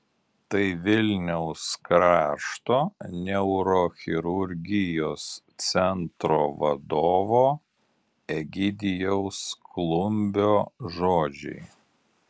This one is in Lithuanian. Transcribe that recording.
tai vilniaus krašto neurochirurgijos centro vadovo egidijaus klumbio žodžiai